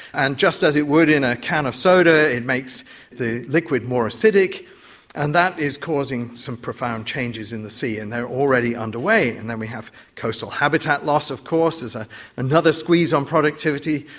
and just as it would in a can of soda, it makes the liquid more acidic and that is causing some profound changes in the sea, and they are already underway. and then we have coastal habitat loss of course, ah another squeeze on productivity,